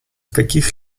каких